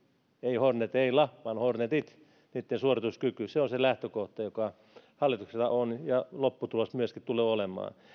ei horneteilla vaan hornetit niitten suorituskyky se on se lähtökohta joka hallituksella on ja se lopputulos myöskin tulee olemaan